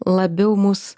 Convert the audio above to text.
labiau mus